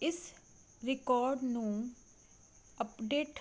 ਇਸ ਰਿਕਾਰਡ ਨੂੰ ਅਪਡੇਟ